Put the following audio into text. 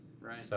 right